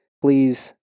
Please